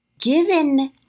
Given